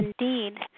indeed